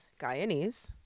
Guyanese